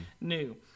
new